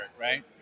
right